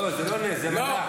לא, זה לא נס, זה מדע.